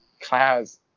class